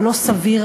הלא-סביר,